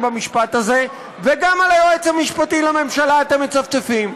במשפט הזה וגם על היועץ המשפטי לממשלה אתם מצפצפים.